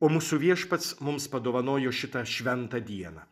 o mūsų viešpats mums padovanojo šitą šventą dieną